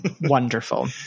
Wonderful